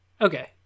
Okay